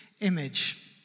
image